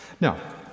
Now